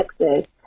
Texas